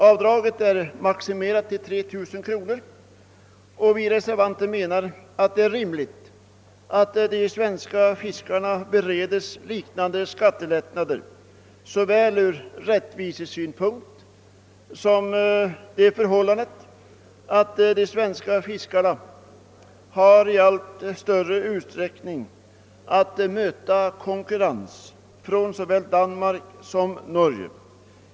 Avdraget är maximerat till 3 000 kronor. Vi reservanter menar att det är rimligt att de svenska fiskarna bereds liknande skattelättnader, både ur rättvisesynpunkt och därför att de svenska fiskarna i allt större utsträckning har att möta konkurrens från såväl Danmark som Norge.